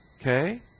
Okay